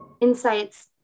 insights